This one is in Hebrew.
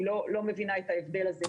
אני לא מבינה את ההבדל הזה.